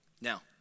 Now